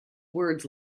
words